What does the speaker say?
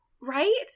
Right